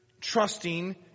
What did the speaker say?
trusting